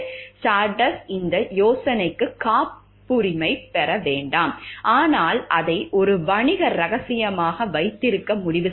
Stardust இந்த யோசனைக்கு காப்புரிமை பெற வேண்டாம் ஆனால் அதை ஒரு வணிக ரகசியமாக வைத்திருக்க முடிவு செய்கிறது